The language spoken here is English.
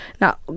Now